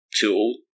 tool